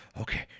Okay